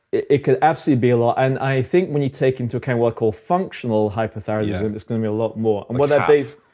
it it could absolutely be a lot. and i think when you take into account what i call functional hypothyroidism it's gonna be a lot more. and whether they've